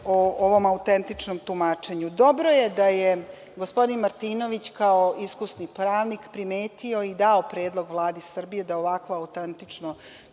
o ovom autentičnom tumačenju? Dobro je da je gospodin Martinović, kao iskusni pravnik, primetio i dao predlog Vladi Srbije da ovakvo autentično